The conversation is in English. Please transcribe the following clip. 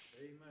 Amen